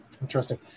Interesting